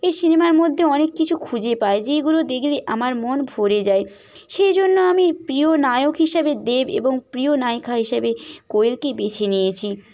এই সিনেমার মধ্যে অনেক কিছু খুঁজে পাই যেগুলো দেখলে আমার মন ভরে যায় সেই জন্য আমি প্রিয় নায়ক হিসেবে দেব এবং প্রিয় নায়িকা হিসেবে কোয়েলকেই বেছে নিয়েছি